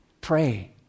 Pray